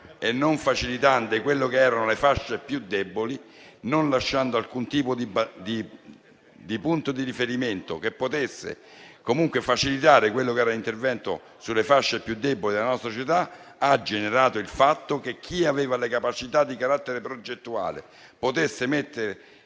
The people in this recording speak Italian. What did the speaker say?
non facilitando le fasce più deboli e non lasciando alcun tipo di punto di riferimento che potesse comunque facilitare l'intervento sulle fasce più deboli della nostra società, ha generato il fatto che chi aveva la capacità di carattere progettuale potesse mettere